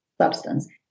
substance